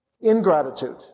ingratitude